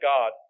God